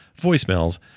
voicemails